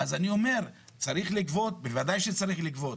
אז אני אומר, צריך לגבות, בוודאי שצריך לגבות.